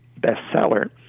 bestseller